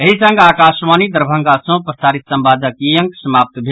एहि संग आकाशवाणी दरभंगा सँ प्रसारित संवादक ई अंक समाप्त भेल